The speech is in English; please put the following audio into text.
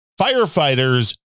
firefighters